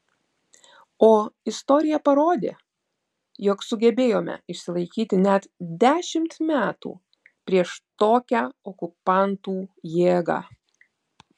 o istorija parodė jog sugebėjome išsilaikyti net dešimt metų prieš tokią okupantų jėgą